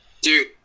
dude